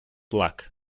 luck